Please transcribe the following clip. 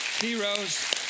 Heroes